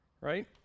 right